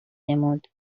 نمود